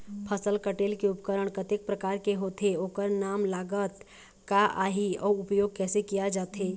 फसल कटेल के उपकरण कतेक प्रकार के होथे ओकर नाम लागत का आही अउ उपयोग कैसे किया जाथे?